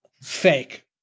fake